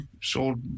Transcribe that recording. sold